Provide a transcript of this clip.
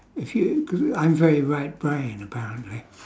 if you cause I'm very right brained apparently